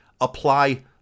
apply